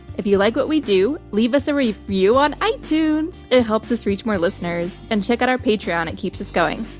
if you like what we do, leave us a review on itunes. it helps us reach more listeners, and check out our patreon. it keeps us going.